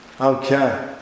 Okay